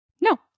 No